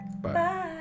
Bye